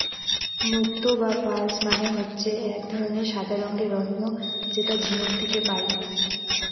মুক্ত বা পার্লস মানে হচ্ছে এক ধরনের সাদা রঙের রত্ন যেটা ঝিনুক থেকে পায়